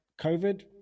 COVID